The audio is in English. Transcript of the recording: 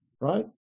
right